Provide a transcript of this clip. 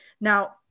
Now